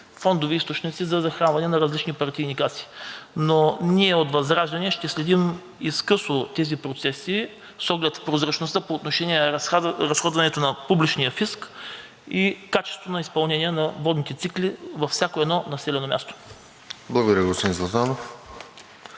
фондови източници за захранване на различни партийни каси, но ние от ВЪЗРАЖДАНЕ ще следим изкъсо тези процеси с оглед прозрачността по отношение разходването на публичния фиск и качеството на изпълнение на водните цикли във всяко едно населено място. ПРЕДСЕДАТЕЛ РОСЕН